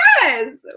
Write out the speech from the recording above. yes